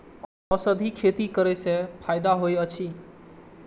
औषधि खेती करे स फायदा होय अछि?